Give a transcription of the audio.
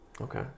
Okay